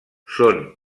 són